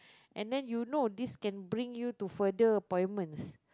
and then you know this can bring you to further appointments